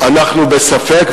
אנחנו בספק,